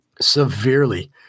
severely